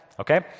okay